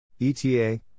ETA